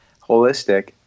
holistic